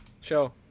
Show